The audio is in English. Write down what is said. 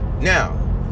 now